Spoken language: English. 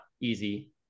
easy